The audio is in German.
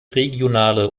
regionale